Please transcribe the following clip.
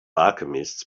alchemists